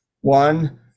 one